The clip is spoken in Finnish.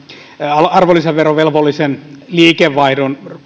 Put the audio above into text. arvonlisäverovelvollisen liikevaihdon